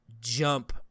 jump